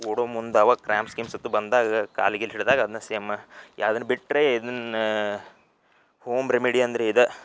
ಓಡೊ ಮುಂದೆ ಅವ ಕ್ರ್ಯಾಂಪ್ಸ್ ಗೀಮ್ಸ್ ಅಂತ ಬಂದಾಗ ಕಾಲು ಗೀಲು ಹಿಡ್ದಾಗ ಅದನ್ನ ಸೇಮ್ ಅದನ್ನು ಬಿಟ್ಟರೆ ಇದನ್ನು ಹೋಮ್ ರೆಮಿಡಿ ಅಂದ್ರೆ ಇದೇ